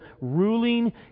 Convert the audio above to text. ruling